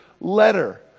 letter